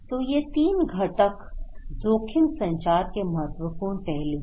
तो ये 3 घटक जोखिम संचार के महत्वपूर्ण पहलू हैं